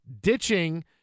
ditching